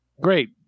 great